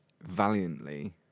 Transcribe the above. valiantly